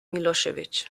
milosevic